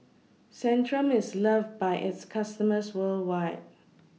Centrum IS loved By its customers worldwide